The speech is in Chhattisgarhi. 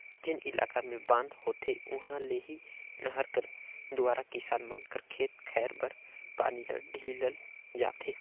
जेन इलाका मे बांध होथे उहा ले ही नहर कर दुवारा किसान मन कर खेत खाएर बर पानी ल ढीलल जाथे